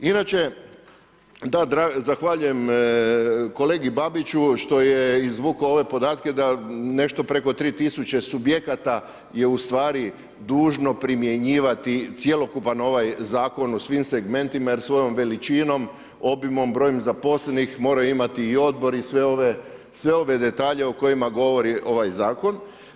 Inače, zahvaljujem kolegi Babiću što je izvukao ove podatke da nešto preko 3000 subjekata je ustvari dužno primjenjivati cjelokupan ovaj zakon u svim segmentima jer svojom veličinom, obimom, brojem zaposlenih mora imati i odbor i sve ove detalje o kojima govori ovaj Zakon.